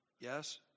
Yes